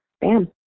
bam